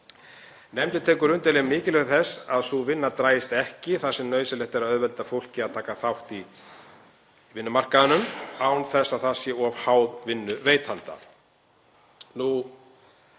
Nefndin tekur undir mikilvægi þess að sú vinna dragist ekki þar sem nauðsynlegt er að auðvelda fólki að taka þátt í vinnumarkaðnum án þess að það sé of háð vinnuveitanda,